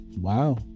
Wow